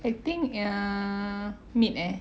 I think err mid eh